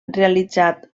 realitzat